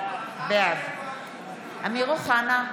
בעד אמיר אוחנה,